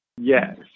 Yes